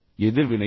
எதிர்வினையா